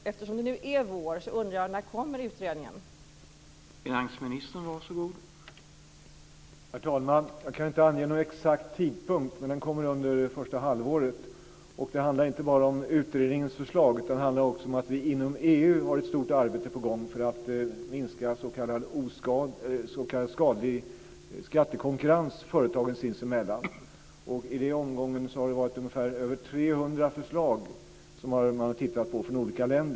Eftersom det nu är vår undrar jag när utredningen kommer att vara klar?